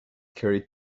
carried